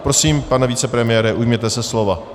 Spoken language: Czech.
Prosím, pane vicepremiére, ujměte se slova.